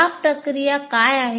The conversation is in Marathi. या प्रक्रिया काय आहेत